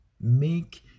make